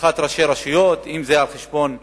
אבטחת ראשי רשויות, אם זה על-חשבון העירייה,